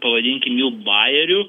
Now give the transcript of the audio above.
pavadinkim jų bajerių